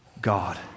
God